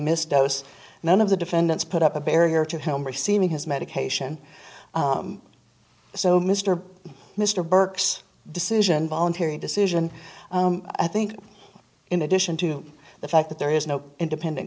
miss doses none of the defendants put up a barrier to him receiving his medication so mr mr burke's decision voluntary decision i think in addition to the fact that there is no independent